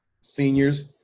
seniors